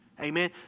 Amen